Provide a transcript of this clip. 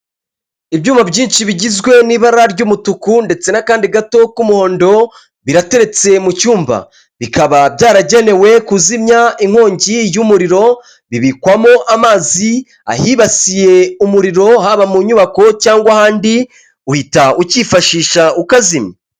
Ibyuma byinshi bigizwe n'ibara ry'umutuku ndetse n'akandi gato k'umuhondo, birateretse mu cyumba, bikaba byaragenewe kuzimya inkongi y'umuriro bibikwamo amazi, ahibasiye umuriro haba mu nyubako cyangwa ahandi uhita ukifashisha ukazimya.